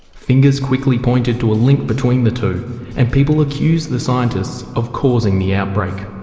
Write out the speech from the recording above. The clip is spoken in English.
fingers quickly pointed to a link between the two and people accused the scientists of causing the outbreak.